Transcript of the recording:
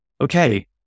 Okay